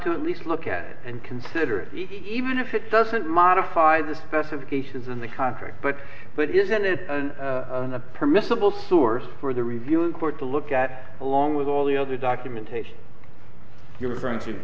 to at least look at it and consider it even if it doesn't modify the specifications in the contract but but isn't it a permissible source for the review in court to look at along with all the other documentation you're referring to